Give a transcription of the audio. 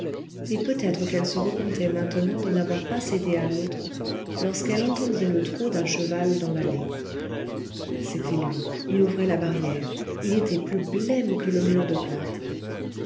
et peut-être qu'elle se repentait maintenant de n'avoir pas cédé à l'autre lorsqu'elle entendit le trot d'un cheval dans l'allée c'était lui il ouvrait la barrière il était plus blême que le mur de plâtre